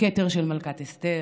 וכתר של מלכת אסתר,